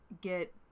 get